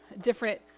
different